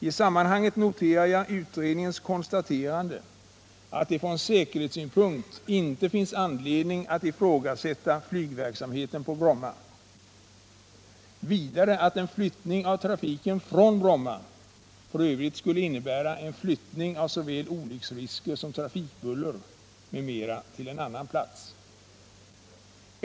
I sammanhanget noterar jag utredningens konstaterande att det från säkerhetssynpunkt inte finns anledning att ifrågasätta flygverksamheten på Bromma. Vidare att en flyttning av trafiken från Bromma f. ö. skulle innebära en flyttning av såväl olycksrisker som trafikbuller m.m. till en annan plats.